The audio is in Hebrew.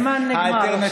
הזמן נגמר.